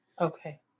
Okay